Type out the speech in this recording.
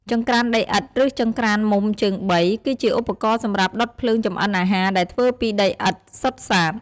ចង្ក្រានដីឥដ្ឋ ឬ ចង្ក្រានមុំជើងបី គឺជាឧបករណ៍សម្រាប់ដុតភ្លើងចម្អិនអាហារដែលធ្វើពីដីឥដ្ឋសុទ្ធសាធ។